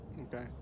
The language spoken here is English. Okay